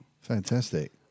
Fantastic